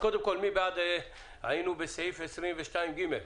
מי בעד תיקון סעיף 22ג?